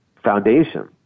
Foundation